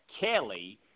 Kelly